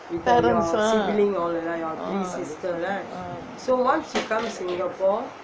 parents ah